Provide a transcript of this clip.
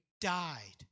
died